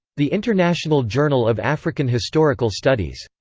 the international journal of african historical studies.